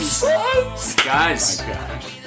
Guys